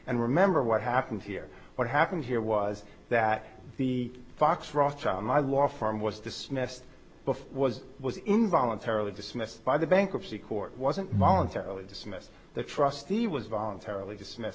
and remember what happened here what happened here was that the fox rothchild my law firm was dismissed before was was in voluntarily dismissed by the bankruptcy court wasn't voluntarily dismissed the trustee was voluntarily dismissed